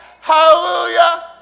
Hallelujah